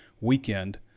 weekend